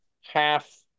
half